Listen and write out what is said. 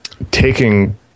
taking